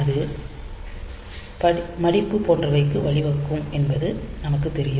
அது மடிப்பு போன்றவைக்கு வழிவகுக்கும் என்று நமக்கு தெரியும்